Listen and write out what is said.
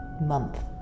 month